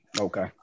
Okay